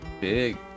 Big